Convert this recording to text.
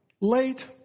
late